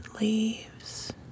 leaves